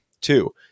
Two